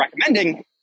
recommending